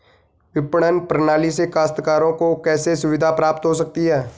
विपणन प्रणाली से काश्तकारों को कैसे सुविधा प्राप्त हो सकती है?